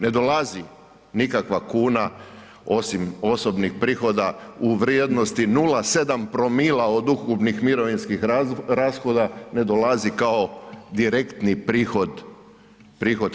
Ne dolazi nikakva kuna osim osobnih prihoda u vrijednosti 0,7 promila od ukupnih mirovinskih rashoda ne dolazi kao direktni prihod HZMO-a.